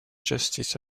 justice